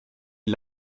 die